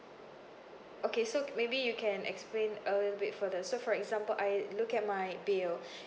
okay so maybe you can explain a little bit further so for example I look at my bill